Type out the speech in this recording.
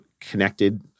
connected